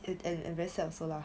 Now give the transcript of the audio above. a~ and and very sad also lah